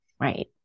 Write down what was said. Right